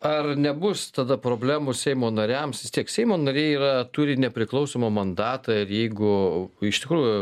ar nebus tada problemų seimo nariams vis tiek seimo nariai yra turi nepriklausomą mandatą ir jeigu iš tikrųjų